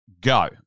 go